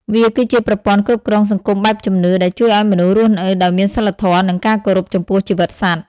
វាគឺជាប្រព័ន្ធគ្រប់គ្រងសង្គមបែបជំនឿ ដែលជួយឱ្យមនុស្សរស់នៅដោយមានសីលធម៌ និងការគោរពចំពោះជីវិតសត្វ។